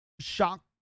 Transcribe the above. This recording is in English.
shock